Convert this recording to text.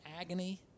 agony